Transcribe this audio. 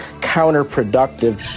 counterproductive